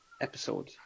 episode